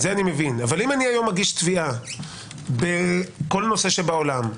אבל אם היום אני מגיש תביעה בכל נושא בעולם,